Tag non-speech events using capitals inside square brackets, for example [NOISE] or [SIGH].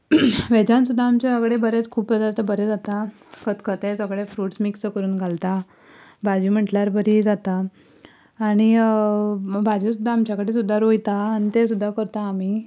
व्हॅजान सुद्दां आमच्या कडेन भरेंच खूब [UNINTELLIGIBLE] बरें जाता खतखतें सगळें फ्रूट्स मिक्स करून घालता भाजी म्हणल्यार बरी जाता आनी भाजी सुद्दां आमचे कडेन सुद्दां रोयता आनी ते सुद्दां करता आमी